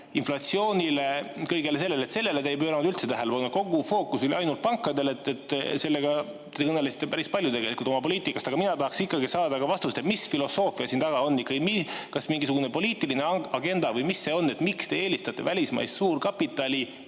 inflatsiooni tõttu. Kõigele sellele te ei pööranud üldse tähelepanu. Kogu fookus oli ainult pankadel. Sellega te kõnelesite päris palju tegelikult oma poliitikast. Aga mina tahaksin ikkagi saada vastust, mis filosoofia siin taga on, kas mingisugune poliitiline agenda või mis see on. Miks te eelistate välismaist suurkapitali